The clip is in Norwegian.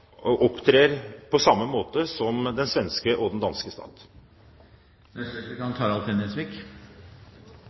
opptrer på samme måte som den svenske og den danske